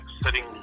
sitting